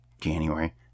January